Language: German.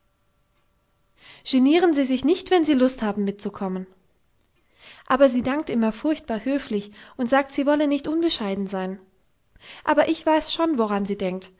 genieren sie sich nicht wenn sie lust haben mitzukommen aber sie dankt immer furchtbar höflich und sagt sie wolle nicht unbescheiden sein aber ich weiß schon woran sie denkt